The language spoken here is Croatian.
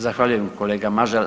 Zahvaljujem kolega Mažar.